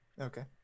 Okay